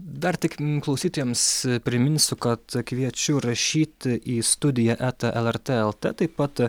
dar tik m klausytojams priminsiu kad kviečiu rašyti į studiją eta lrt lt taip pat